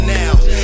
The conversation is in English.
now